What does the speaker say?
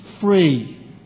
free